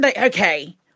Okay